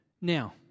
now